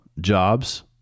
jobs